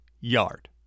yard